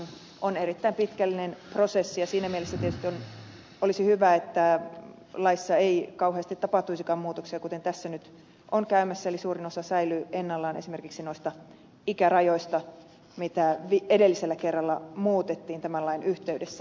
sukupolvenvaihdoshan on erittäin pitkällinen prosessi ja siinä mielessä tietysti olisi hyvä että laissa ei kauheasti tapahtuisikaan muutoksia kuten tässä nyt on käymässä eli suurin osa säilyy ennallaan esimerkiksi noista ikärajoista mitä edellisellä kerralla muutettiin tämän lain yhteydessä